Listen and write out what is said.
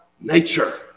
nature